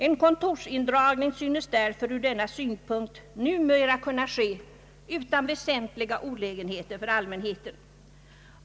En kontorsindragning synes därför ur denna synpunkt numera kunna ske utan väsentliga olägenheter för allmänheten.